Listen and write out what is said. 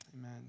Amen